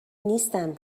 نیستم